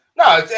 No